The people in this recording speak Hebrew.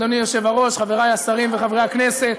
אדוני יושב-ראש הכנסת, חברי השרים וחברי הכנסת,